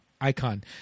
Icon